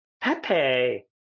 Pepe